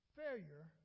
failure